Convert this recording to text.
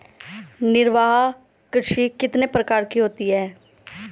निर्वाह कृषि कितने प्रकार की होती हैं?